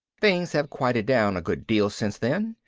things have quieted down a good deal since then.